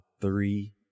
three